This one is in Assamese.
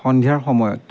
সন্ধিয়াৰ সময়ত